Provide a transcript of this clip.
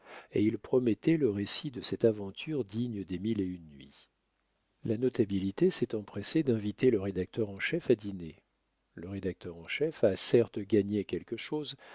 et il promettait le récit de cette aventure digne des mille et une nuits la notabilité s'est empressée d'inviter le rédacteur en chef à dîner le rédacteur en chef a certes gagné quelque chose